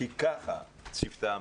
כי ככה ציוותה הממשלה,